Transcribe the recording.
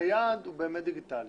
היעד הוא דיגיטלי,